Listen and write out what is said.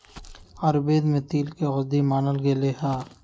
आयुर्वेद में तिल के औषधि मानल गैले है